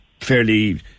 fairly